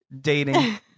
Dating